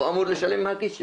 הוא אמור לשלם מהכיס שלו,